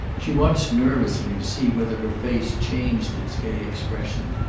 she watched nervously to see whether her face changed its gay expression,